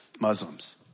Muslims